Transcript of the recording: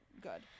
good